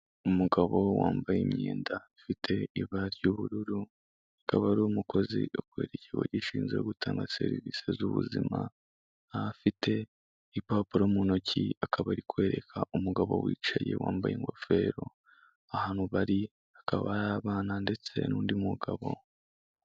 Umugabo wambaye imyenda ifite ibara ry'ubururu akaba ari umukozi akorera ikigo gishinzwe gutanga serivisi z'ubuzima, afite impapuro mu ntoki akaba ari kwereka umugabo wicaye wambaye ingofero, ahantu bari hakaba hari abana ndetse n'undi mugabo.